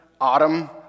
autumn